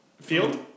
Field